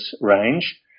range